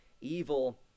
evil